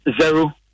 zero